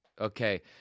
Okay